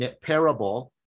parable